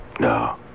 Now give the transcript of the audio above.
No